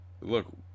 look